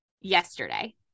Yesterday